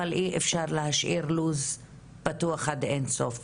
אבל אי אפשר להשאיר לו"ז פתוח עד אין סוף.